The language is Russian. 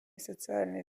социальной